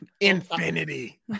infinity